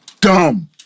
dumb